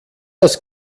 das